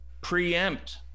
preempt